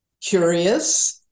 curious